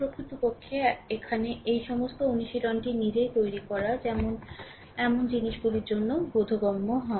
প্রকৃতপক্ষে এখানে এই সমস্ত অনুশীলনটি নিজেই তৈরি করা যেমন এমন জিনিসগুলির জন্য বোধগম্য হয়